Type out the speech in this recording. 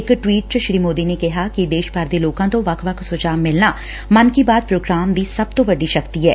ਇਕ ਟਵੀਟ ਚ ਸ੍ਰੀ ਮੋਦੀ ਨੇ ਕਿਹਾ ਕਿ ਦੇਸ਼ ਭਰ ਦੇ ਲੋਕਾ ਤੋ ਵੱਖ ਵੱਖ ਸੁਝਾਅ ਮਿਲਣਾ ਮਨ ਕੀ ਬਾਤ ਪੋਗਰਾਮ ਦੀ ਸਭ ਤੋ ਵੱਡੀ ਸ਼ਕਤੀ ਐ